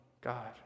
God